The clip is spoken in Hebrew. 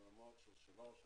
הם